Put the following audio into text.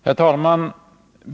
Herr talman!